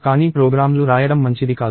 కానీ ప్రోగ్రామ్లు రాయడం మంచిది కాదు